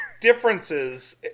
differences